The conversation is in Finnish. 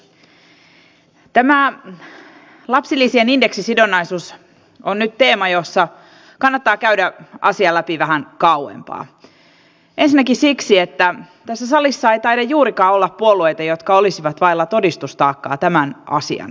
tämä lapsilisien indeksisidonnaisuus on nyt teema jossa kannattaa käydä asia läpi vähän kauempaa ensinnäkin siksi että tässä salissa ei taida juurikaan olla puolueita jotka olisivat vailla todistustaakkaa tämän asian tiimoilta